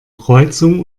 kreuzung